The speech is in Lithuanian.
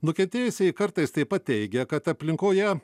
nukentėjusieji kartais taip pat teigia kad aplinkoje